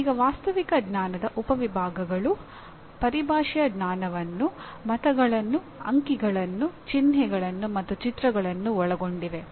ಈಗ ವಾಸ್ತವಿಕ ಜ್ಞಾನದ ಉಪವಿಭಾಗಗಳು ಪರಿಭಾಷೆಯ ಜ್ಞಾನವನ್ನು ಮತಗಳನ್ನು ಅಂಕಿಗಳನ್ನು ಚಿನ್ಹೆಗಳನ್ನು ಮತ್ತು ಚಿತ್ರಗಳನ್ನು ಒಳಗೊಂಡಿವೆ